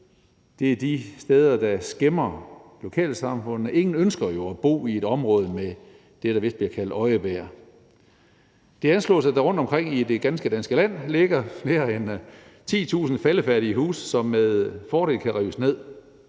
Det er de steder, der skæmmer lokalsamfundene; ingen ønsker jo at bo i et område med det, der vist bliver kaldt øjebæer. Det anslås, at der rundtomkring i det ganske danske land ligger flere end 10.000 faldefærdige huse, som med fordel kan rives ned.